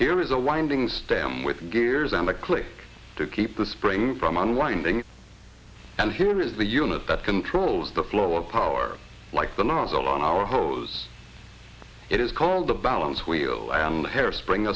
here is a winding stem with gears and a click to keep the spring from unwinding and here is the unit that controls the flow of power like the nozzle on our hose it is called the balance wheel and hairspring